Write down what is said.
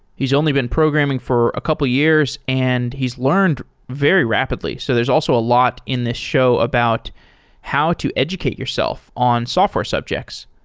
he's only been programming for a couple of years and he's learned very rapidly. so there's also a lot in this show about how to educate yourself on software subjects.